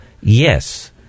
yes